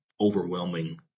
overwhelming